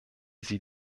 sie